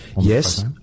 Yes